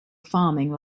farming